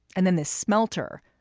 and then this smelter,